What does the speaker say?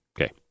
Okay